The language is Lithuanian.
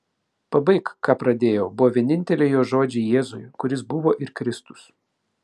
pabaik ką pradėjau buvo vieninteliai jo žodžiai jėzui kuris buvo ir kristus